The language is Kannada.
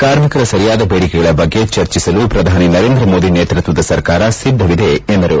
ಕಾರ್ಮಿಕರ ಸರಿಯಾದ ಬೇಡಿಕೆಗಳ ಬಗ್ಗೆ ಚರ್ಚಿಸಲು ಪ್ರಧಾನಿ ನರೇಂದ್ರ ಮೋದಿ ನೇತೃತ್ತದ ಸರ್ಕಾರ ಸಿದ್ದವಿದೆ ಎಂದರು